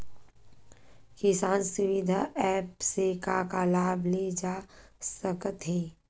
किसान सुविधा एप्प से का का लाभ ले जा सकत हे?